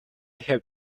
have